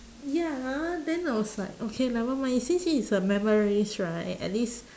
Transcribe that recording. ya then I was like okay never mind since it is a memories right at least